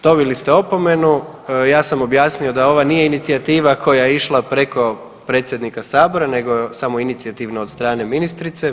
Dobili ste opomenu, ja sam objasnio da ovo nije inicijativa koja je išla preko predsjednika sabora nego samoinicijativno od strane ministrice.